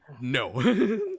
no